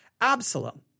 Absalom